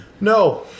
No